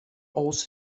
also